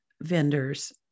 vendors